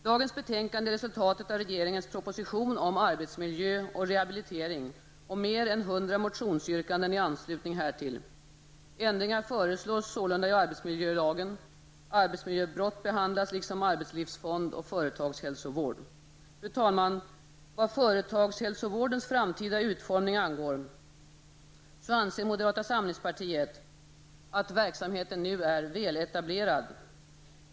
Dagens betänkande är resultatet av regeringens proposition om arbetsmiljö och rehabilitering och mer än 100 motionsyrkanden i anslutning härtill. Arbetsmiljöbrott behandlas liksom arbetslivsfond och företagshälsovård. Fru talman! Vad företagshälsovårdens framtida utformning angår anser moderata samlingspartiet att verksamheten nu är väletablerad.